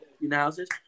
analysis